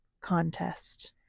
contest